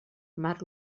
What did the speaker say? mar